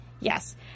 Yes